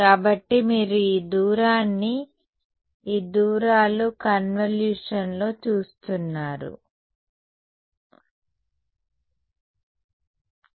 కాబట్టి మీరు ఈ దూరాన్ని ఈ దూరాలు కన్వల్యూషన్లో చూస్తున్నారు విద్యార్థి స్థిరమైన r స్థిరాంకం